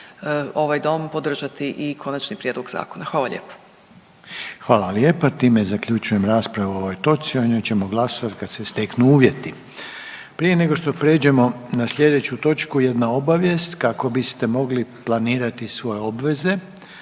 ovaj Dom podržati i konačni prijedlog zakona. Hvala lijepo. **Reiner, Željko (HDZ)** Hvala lijepa. Time zaključujem raspravu o ovoj točci. O njoj ćemo glasovati kad se steknu uvjeti. Prije nego što prijeđemo na sljedeću točku, jedna obavijest kako biste mogli planirati svoje obveze.